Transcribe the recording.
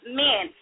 men